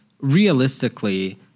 Realistically